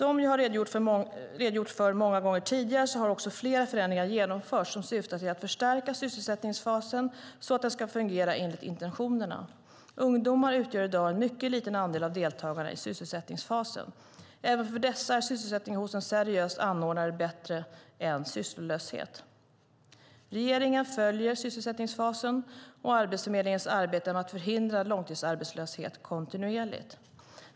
Som jag har redogjort för många gånger tidigare har också flera förändringar genomförts som syftar till att förstärka sysselsättningsfasen så att den ska fungera enligt intentionerna. Ungdomar utgör i dag en mycket liten andel av deltagarna i sysselsättningsfasen. Även för dessa är sysselsättning hos en seriös anordnare bättre än sysslolöshet. Regeringen följer sysselsättningsfasen och Arbetsförmedlingens arbete med att förhindra långtidsarbetslöshet kontinuerligt.